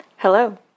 Hello